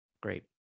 Great